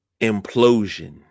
Implosion